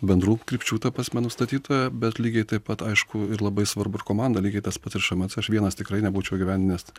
bendrų krypčių ta prasme nustatytoją bet lygiai taip pat aišku ir labai svarbu ir komanda lygiai tas pats ir šmc aš vienas tikrai nebūčiau įgyvendinęs